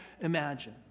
imagine